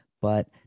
But-